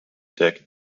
deck